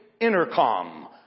intercom